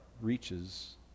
reaches